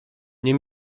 nie